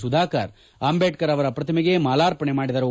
ಸುಧಾಕರ್ ಅಂಬೇಡ್ಕರ್ ಅವರ ಪ್ರತಿಮೆಗೆ ಮಾಲಾರ್ಪಣೆ ಮಾಡಿದರು